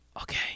Okay